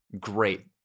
great